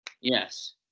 Yes